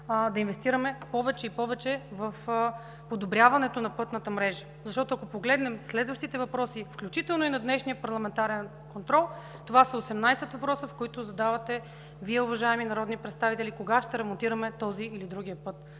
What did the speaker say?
да инвестираме повече и повече в подобряването на пътната мрежа, защото, ако погледнем следващите въпроси, включително и на днешния парламентарен контрол, това са 18 въпроса, които задавате Вие, уважаеми народни представители, кога ще ремонтираме този или друг път.